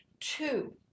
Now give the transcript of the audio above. Two